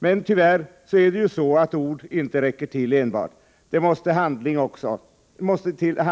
Men tyvärr är det ju så att enbart ord inte räcker till — handling måste också till.